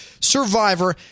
Survivor